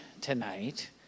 tonight